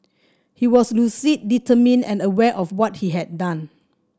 he was lucid determined and aware of what he had done